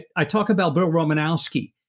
i talk about bill romanowski.